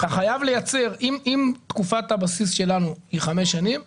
אם תקופת הבסיס שלנו היא חמש שנים --- בצלאל,